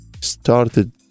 started